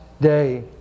day